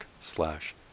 slash